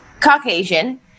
Caucasian